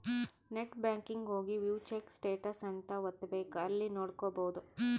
net banking ಹೋಗಿ view check status ಅಂತ ಒತ್ತಬೆಕ್ ಅಲ್ಲಿ ನೋಡ್ಕೊಬಹುದು